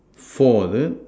four is it